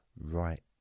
right